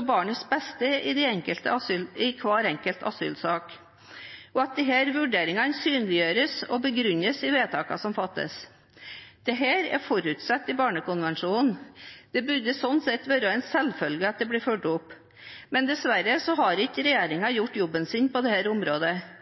av barnets beste i hver enkelt asylsak, og at disse vurderingene synliggjøres og begrunnes i vedtakene som fattes. Dette er forutsatt i barnekonvensjonen. Det burde slik sett vært en selvfølge at det blir fulgt opp, men dessverre har ikke regjeringen gjort jobben sin på dette området. Derfor ser flertallet seg nødt til å presisere dette gjennom et vedtak. Senterpartiet inngår i det